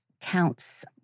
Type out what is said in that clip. counts